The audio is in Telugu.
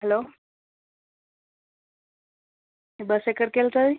హలో బస్సు ఎక్కడికి వెళుతుంది